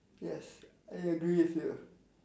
yes I agree with you